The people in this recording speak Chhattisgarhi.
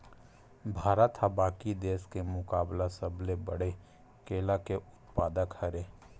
भारत हा बाकि देस के मुकाबला सबले बड़े केला के उत्पादक हरे